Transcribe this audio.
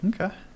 Okay